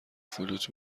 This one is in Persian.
فلوت